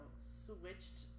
switched